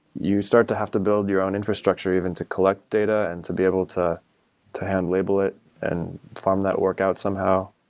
you start to have to build your own infrastructure even to collect data and to be able to to hand-label it and perform that workout somehow.